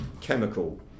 chemical